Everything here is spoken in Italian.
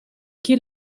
chi